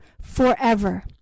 forever